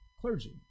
clergy